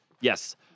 Yes